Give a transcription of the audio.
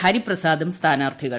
ഹരിപ്രസാദും സ്ഥാനാർത്ഥികൾ